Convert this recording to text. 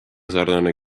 sarnane